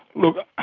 look,